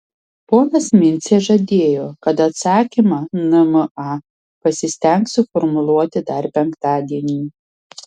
ponas mincė žadėjo kad atsakymą nma pasistengs suformuluoti dar penktadienį